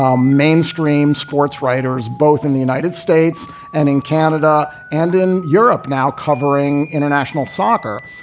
um mainstream sports writers, both in the united states and in canada and in europe now covering international soccer.